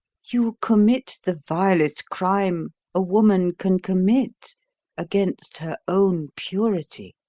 you commit the vilest crime a woman can commit against her own purity.